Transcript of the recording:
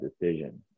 decision